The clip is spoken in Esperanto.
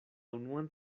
unuan